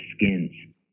skins